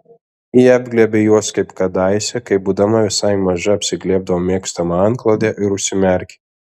ji apglėbė juos kaip kadaise kai būdama visai maža apsiglėbdavo mėgstamą antklodę ir užsimerkė